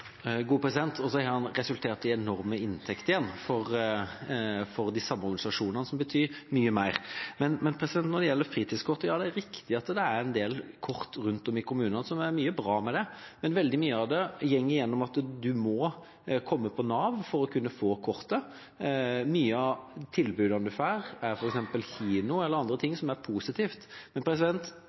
Og så har den resultert i enorme inntekter igjen som betyr mye mer, for de samme organisasjonene. Men når det gjelder fritidskortet: Det er riktig at det er en del kort rundt om i kommunene, så det er mye bra med det. Men veldig mye av det går på at du må på Nav for å få kortet. Mange av tilbudene man får, er f.eks. til kino eller andre ting – noe som er positivt.